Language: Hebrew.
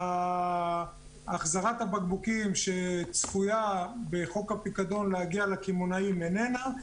החזרת הבקבוקים שצפויה בחוק הפיקדון להגיע לקמעונאים איננה,